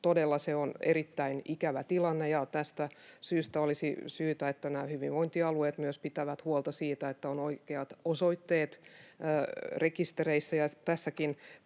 todella, se on erittäin ikävä tilanne. Tästä syystä olisi syytä, että nämä hyvinvointialueet myös pitävät huolta siitä, että on oikeat osoitteet rekistereissä. Tässäkin